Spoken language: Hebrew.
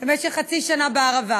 במשך חצי שנה בערבה.